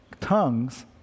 tongues